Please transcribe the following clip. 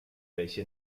welche